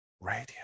radio